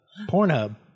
Pornhub